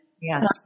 Yes